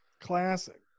classic